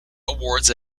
awards